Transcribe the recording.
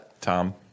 Tom